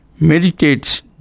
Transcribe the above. meditates